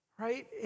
Right